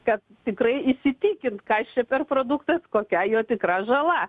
kad tikrai įsitikint kas čia per produktas kokia jo tikra žala